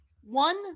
one